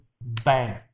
Bang